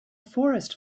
forest